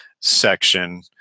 section